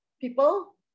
people